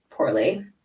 poorly